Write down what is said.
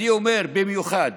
במיוחד